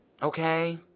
Okay